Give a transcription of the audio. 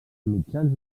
mitjans